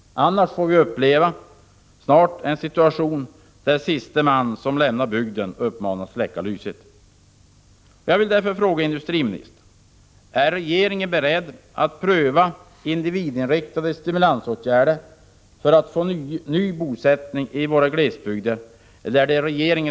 Annars får vi snart uppleva en situation där siste man som lämnar bygden uppmanas släcka lyset.